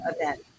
event